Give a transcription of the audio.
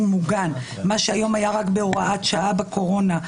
מוגן מה שהיום היה רק בהוראת שעה בקורונה.